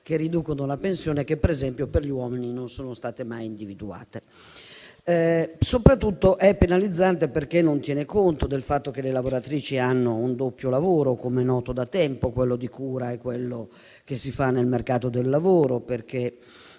che riducono la pensione che per gli uomini, ad esempio, non sono state mai individuate. Soprattutto, è penalizzante perché non tiene conto del fatto che le lavoratrici hanno un doppio lavoro, come noto da tempo: quello di cura e quello che si fa nel mercato del lavoro; spesso